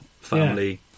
family